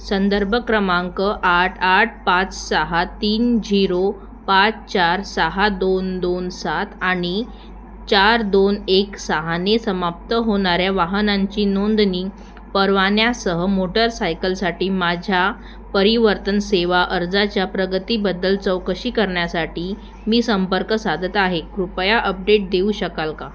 संदर्भ क्रमांक आठ आठ पाच सहा तीन झिरो पाच चार सहा दोन दोन सात आणि चार दोन एक सहाने समाप्त होणाऱ्या वाहनांची नोंदणी परवान्यासह मोटरसायकलसाठी माझ्या परिवर्तन सेवा अर्जाच्या प्रगतीबद्दल चौकशी करण्यासाठी मी संपर्क साधत आहे कृपया अपडेट देऊ शकाल का